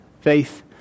Faith